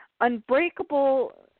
Unbreakable